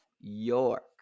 York